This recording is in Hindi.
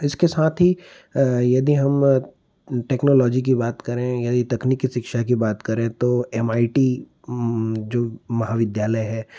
इसके साथ ही यदि हम टेक्नोलॉजी की बात करें या तकनीकी शिक्षा की बात करें तो एम आई टी जो महाविद्यालय है